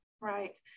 Right